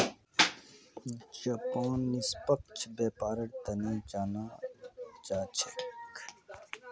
Japan निष्पक्ष व्यापारेर तने जानाल जा छेक